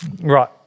Right